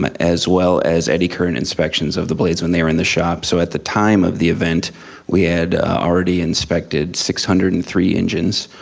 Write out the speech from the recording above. but as well as eddy current inspections of the blades when they were in the shop, so at the time of the event we had already inspected six hundred and three engines.